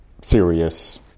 serious